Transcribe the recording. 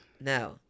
No